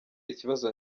ikibazo